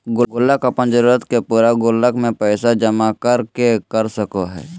गुल्लक अपन जरूरत के पूरा गुल्लक में पैसा जमा कर के कर सको हइ